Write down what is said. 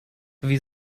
wir